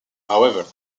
however